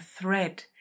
thread